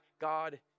God